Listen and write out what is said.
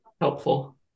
helpful